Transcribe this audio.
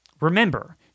Remember